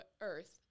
Earth